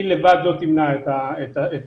היא לבד לא תמנע את הסגר.